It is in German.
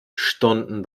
stunden